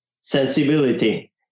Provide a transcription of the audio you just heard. sensibility